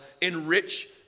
enrich